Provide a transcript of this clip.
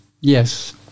Yes